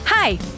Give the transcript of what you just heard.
Hi